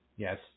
Yes